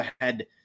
ahead